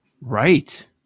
Right